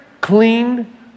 clean